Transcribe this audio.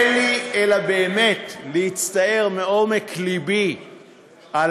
אין לי אלא באמת להצטער מעומק לבי על